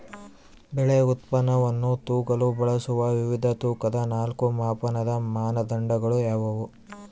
ಬೆಳೆ ಉತ್ಪನ್ನವನ್ನು ತೂಗಲು ಬಳಸುವ ವಿವಿಧ ತೂಕದ ನಾಲ್ಕು ಮಾಪನದ ಮಾನದಂಡಗಳು ಯಾವುವು?